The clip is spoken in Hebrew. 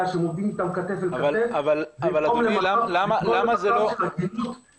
שעובדים איתם כתף אל כתף ייצור מצב של הגינות.